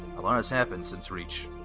a lot has happened since reach.